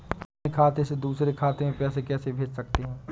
अपने खाते से दूसरे खाते में पैसे कैसे भेज सकते हैं?